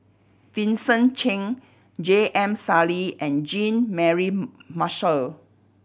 Vincent Cheng J M Sali and Jean Mary Marshall